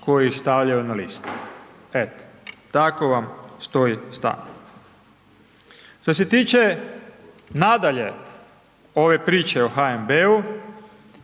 koji ih stavljaju na liste. Eto, tako vam stoji …/Govornik se ne razumije/… Što se tiče, nadalje, ove priče o HNB-u,